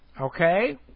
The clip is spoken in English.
Okay